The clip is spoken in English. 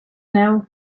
now